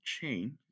Chain